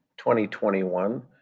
2021